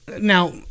Now